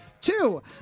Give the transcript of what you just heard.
two